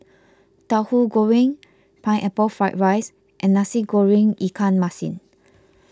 Tauhu Goreng Pineapple Fried Rice and Nasi Goreng Ikan Masin